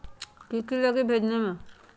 की की लगी भेजने में?